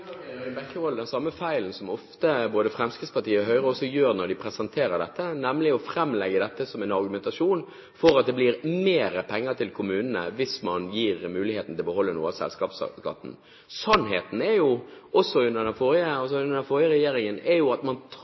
Bekkevold den samme feilen som både Fremskrittspartiet og Høyre ofte gjør når de presenterer dette, nemlig å framlegge dette som en argumentasjon for at det blir mer penger til kommunene hvis man gir dem muligheten til å beholde noe av selskapsskatten. Sannheten er jo, som også under den forrige regjeringen, at man